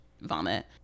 vomit